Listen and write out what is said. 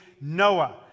Noah